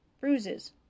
Bruises